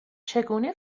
چگونه